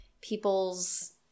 people's